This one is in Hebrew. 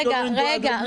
רגע, רגע.